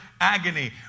agony